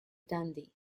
dundee